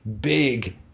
big